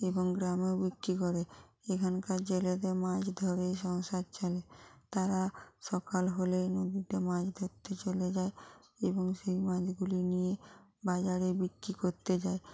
এবং গ্রামেও বিক্রি করে এখানকার জেলেদের মাছ ধরেই সংসার চলে তারা সকাল হলে উঠে মাছ ধরতে চলে যায় এবং সেই মাছগুলি নিয়ে বাজারে বিক্রি করতে যায়